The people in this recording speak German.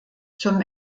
zum